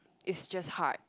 is just hard